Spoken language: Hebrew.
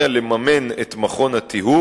רצוני